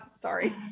Sorry